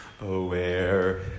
aware